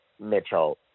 Mitchell